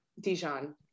Dijon